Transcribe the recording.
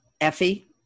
Effie